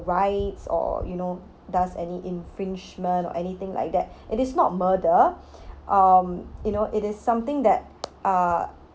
rights or you know does any infringement or anything like that it is not murder um you know it is something that uh